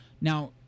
now